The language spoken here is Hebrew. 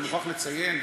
אני מוכרח לציין,